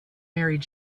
married